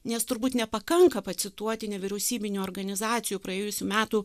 nes turbūt nepakanka pacituoti nevyriausybinių organizacijų praėjusių metų